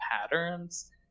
patterns